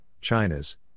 China's